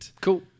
Cool